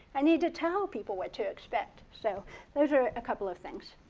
i need to tell people what to expect. so those are a couple of things.